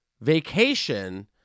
vacation